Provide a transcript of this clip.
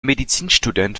medizinstudent